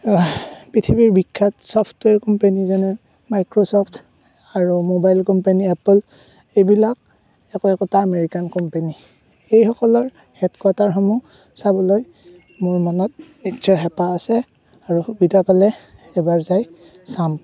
পৃথিৱীৰ বিখ্যাত software company যেনে মাইক্ৰ'চফট আৰু মোবাইল কোম্পানী এপল এইবিলাক একো একোটা আমেৰিকান কোম্পানী সেইসকলৰ হেডকোৱাটাৰসমূহ চাবলৈ মোৰ মনত নিশ্চয় হেপাহ আছে আৰু সুবিধা পালে এবাৰ যায় চাম